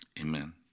amen